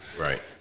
Right